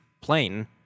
plane